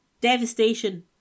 devastation